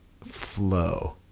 flow